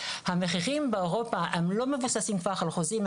המחירים באירופה הם לא מבוססים על חוזים,